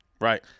Right